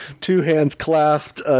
two-hands-clasped